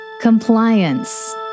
Compliance